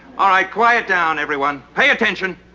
all right. quiet down everyone, pay attention.